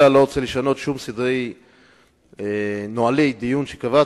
אני לא רוצה חלילה לשנות את נוהלי הדיון שקבעת.